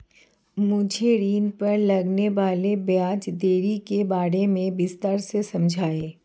मुझे ऋण पर लगने वाली ब्याज दरों के बारे में विस्तार से समझाएं